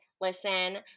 listen